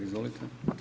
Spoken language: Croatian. Izvolite.